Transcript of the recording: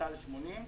תת"ל 80,